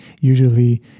usually